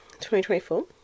2024